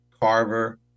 carver